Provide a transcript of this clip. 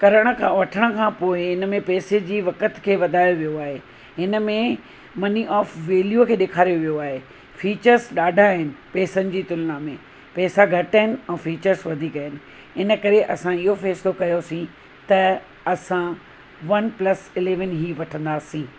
करण खां वठण खां पोइ इनमें पैसे जी वकत खे वधाए वियो आहे हिन में मनी ऑफ़ वैल्यू खे ॾेखारियो वियो आहे फ़ीचर्स ॾाढा आहिनि पैसनि जी तुलना में पैसा घटि आहिनि ऐं फ़ीचर्स वधीक आहिनि इन करे असां इहो फ़ैसलो कयोसीं त असां वन प्लस इलेविन ई वठंदासीं